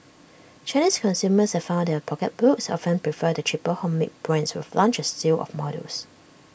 Chinese consumers have found their pocketbooks often prefer the cheaper homemade brands which have launched A slew of models